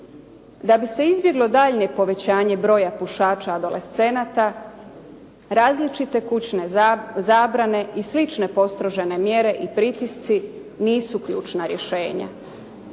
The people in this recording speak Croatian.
Da bi se izbjeglo daljnje povećavanje broja pušača adolescenata, različite kućne zabrane i slične postrožene mjere i pritisci, nisu ključna rješenja.